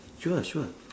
sure sure